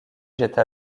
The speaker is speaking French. jette